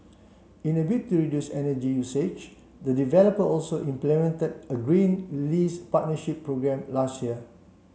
in a bid to reduce energy usage the developer also implemented a green lease partnership programme last year